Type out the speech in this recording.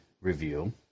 review